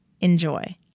Enjoy